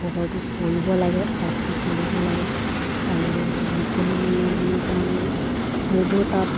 ঘৰটো পৰিব লাগে তাপটো পৰিব লাগে আৰু মুকলিমূৰীয়া মানে অকণমান ৰ'দৰ তাপ